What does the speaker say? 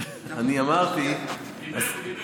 הוא דיבר, הוא דיבר.